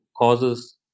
causes